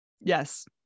Yes